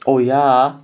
oh yeah